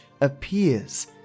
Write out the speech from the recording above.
appears